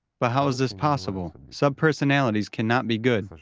but how is this possible? subpersonalities cannot be good.